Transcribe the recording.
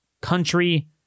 country